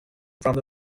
from